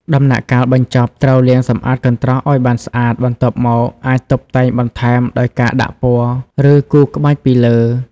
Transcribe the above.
ដំណាក់កាលបញ្ចប់ ត្រូវលាងសម្អាតកន្ត្រកឲ្យបានស្អាត បន្ទាប់មក អាចតុបតែងបន្ថែមដោយការដាក់ពណ៌ ឬគូរក្បាច់ពីលើ។